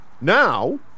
Now